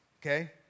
okay